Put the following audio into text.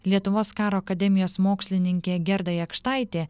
lietuvos karo akademijos mokslininkė gerda jakštaitė